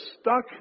stuck